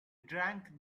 drank